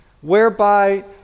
whereby